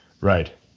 Right